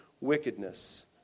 wickedness